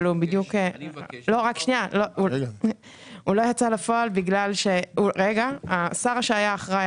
הוא לא יצא לפועל כי השר שהיה אחראי